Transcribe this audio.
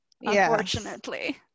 unfortunately